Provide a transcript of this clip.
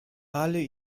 alle